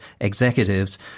executives